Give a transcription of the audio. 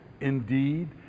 indeed